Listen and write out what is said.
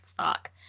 fuck